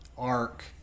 arc